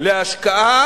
להשקעה